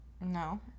No